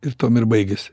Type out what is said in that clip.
ir tuom ir baigės